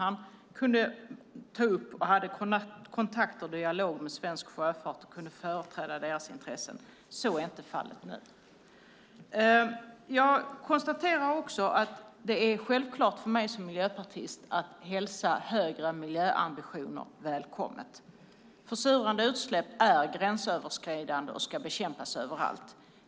Han kunde ta upp och hade kontakter och en dialog med svensk sjöfart och kunde företräda dess intressen. Så är inte fallet nu. Jag konstaterar också att det är självklart för mig som miljöpartist att hälsa högre miljöambitioner välkomna. Försurande utsläpp är gränsöverskridande och ska bekämpas överallt.